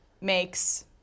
makes